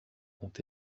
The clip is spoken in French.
ont